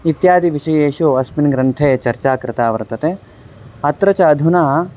इत्यादिविषयेषु अस्मिन् ग्रन्थे चर्चा कृता वर्तते अत्र च अधुना